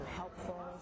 helpful